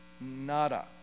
Nada